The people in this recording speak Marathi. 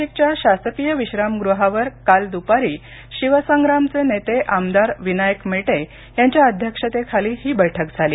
नाशिकच्या शासकीय विश्रामगृहावर काल दूपारी शिवसंग्रामचे नेते आमदार विनायक मेटे यांच्या अध्यक्षतेखाली ही बैठक झाली